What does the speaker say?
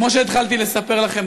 כמו שהתחלתי לספר לכם,